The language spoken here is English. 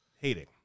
Hating